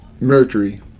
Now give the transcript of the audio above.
Mercury